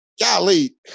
Golly